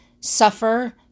suffer